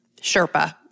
Sherpa